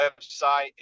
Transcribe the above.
website